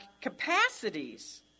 capacities